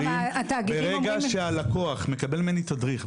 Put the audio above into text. ברגע שהלקוח מקבל ממני תדריך,